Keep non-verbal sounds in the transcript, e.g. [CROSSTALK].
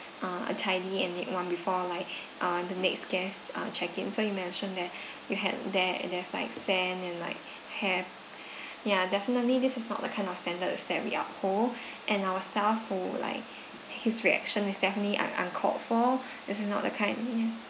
uh a tidy and neat one before like [BREATH] uh the next guests are check in so you mentioned that [BREATH] you had there and there's like sand and like hair [BREATH] ya definitely this is not the kind of standards that we uphold [BREATH] and our staff who like his reaction is definitely are uncalled for this is not the kind ya